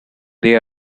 they